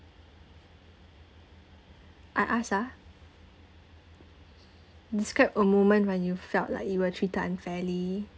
I ask ah describe a moment when you felt like you were treated unfairly